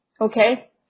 Okay